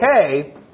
okay